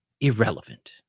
irrelevant